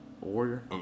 Warrior